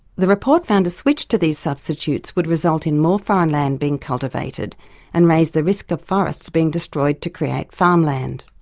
the report found a switch to these substitutes would result in more foreign land being cultivated and raised the risk of forests being destroyed to create farmland.